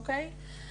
אוקיי?